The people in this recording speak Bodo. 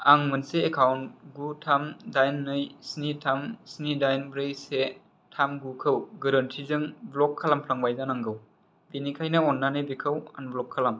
आं मोनसे एकाउन्ट गु थाम दाइन नै स्नि थाम स्नि दाइन ब्रै से थाम गुखौ गोरोन्थिजों ब्ल'क खालामफ्लांबाय जानांगौ बेनिखायनो अन्नानै बेखौ आनब्ल'क खालाम